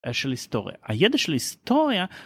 של היסטוריה הידע של היסטוריה.